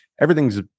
Everything's